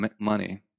money